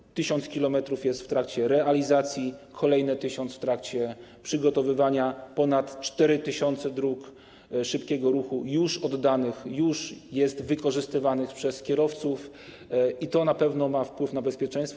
1 tys. kilometrów jest w trakcie realizacji, kolejny 1 tys. w trakcie przygotowywania, ponad 4 tys. dróg szybkiego ruchu już oddanych, już jest wykorzystywanych przez kierowców i to na pewno ma wpływ na bezpieczeństwo.